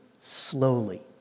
slowly